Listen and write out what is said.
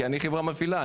כי אני חברה מפעילה,